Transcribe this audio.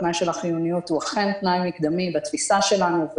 התנאי של החיוניות הוא אכן תנאי מקדמי בתפיסה שלנו.